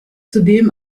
zudem